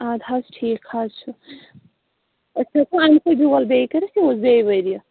آدٕ حظ ٹھیٖک حظ چھُ أسۍ بیول بیٚیہِ کٔرِتھ یوٗز بیٚیہِ ؤرِیہِ